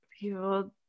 people